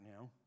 now